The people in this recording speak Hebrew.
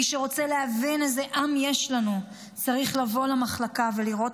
מי שרוצה להבין איזה עם יש לנו צריך לבוא למחלקה ולראות